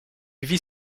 vit